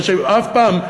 מה שאף פעם,